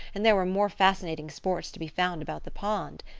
and there were more fascinating sports to be found about the pond.